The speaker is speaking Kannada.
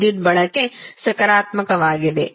ವಿದ್ಯುತ್ ಬಳಕೆ ಸಕಾರಾತ್ಮಕವಾಗಿದೆ